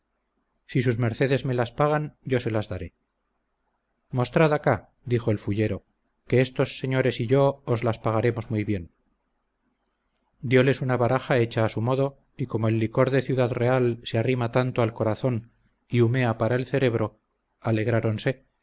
si sus mercedes me las pagan yo se las daré mostrad acá dijo el fullero que estos señores y yo os las pagaremos muy bien dioles una baraja hecha a su modo y como el licor de ciudad real se arrima tanto al corazón y humea para el cerebro alegráronse